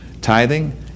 tithing